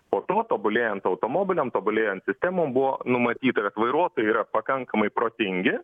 po to tobulėjant automobiliam tobulėjant sistemom buvo numatyta kad vairuotojai yra pakankamai protingi